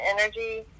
energy